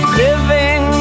living